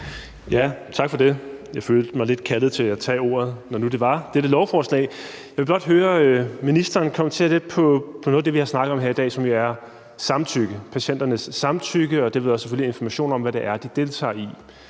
Tak for det. Jeg følte mig lidt kaldet til at tage ordet, når nu det var dette lovforslag. Jeg vil blot høre ministeren kommentere lidt på noget af det, vi har snakket om her i dag, som jo er samtykke, altså patienternes samtykke, og derved selvfølgelig også informationen om, hvad det er, de deltager i.